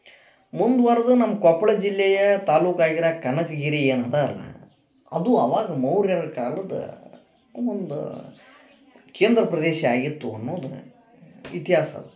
ಮುಂದ್ವರೆದು ನಮ್ಮ ಕೊಪ್ಪಳ ಜಿಲ್ಲೆಯ ತಾಲೂಕು ಆಗಿರ ಕನಕಗಿರಿ ಏನು ಅತಾರಲ್ಲ ಅದು ಆವಾಗ ಮೌರ್ಯರ ಕಾಲದ ಒಂದು ಕೇಂದ್ರ ಪ್ರದೇಶ ಆಗಿತ್ತು ಅನ್ನೊದ ಇತಿಹಾಸ